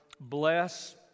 Bless